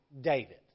David